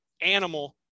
animal